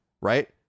right